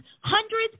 hundreds